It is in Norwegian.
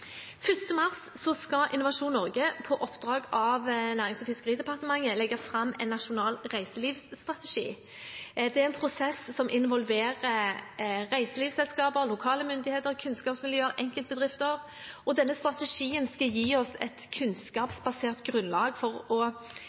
skal Innovasjon Norge på oppdrag av Nærings- og fiskeridepartementet legge fram en nasjonal reiselivsstrategi. Det er en prosess som involverer reiselivsselskaper, lokale myndigheter, kunnskapsmiljø og enkeltbedrifter. Denne strategien skal gi oss et kunnskapsbasert grunnlag for å